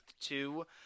two